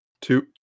Two